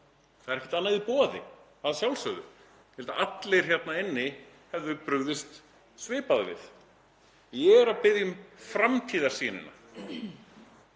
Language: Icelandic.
Það er ekkert annað í boði, að sjálfsögðu ekki. Ég held að allir hérna inni hefðu brugðist svipað við. Ég er að biðja um framtíðarsýnina,